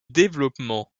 développement